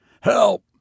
Help